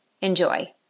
Enjoy